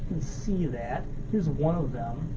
see that, here's one of them.